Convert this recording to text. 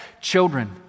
children